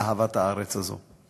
אחר, על אהבת הארץ הזאת.